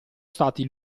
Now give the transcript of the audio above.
stati